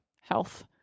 health